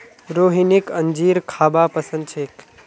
रोहिणीक अंजीर खाबा पसंद छेक